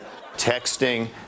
Texting